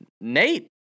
Nate